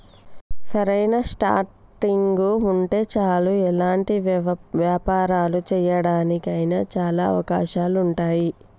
సరైన స్టార్టింగ్ ఉంటే చాలు ఎలాంటి వ్యాపారాలు చేయడానికి అయినా చాలా అవకాశాలు ఉంటాయి